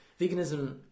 Veganism